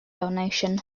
donation